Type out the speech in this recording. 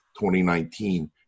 2019